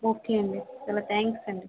okay అండి చాలా thanks అండి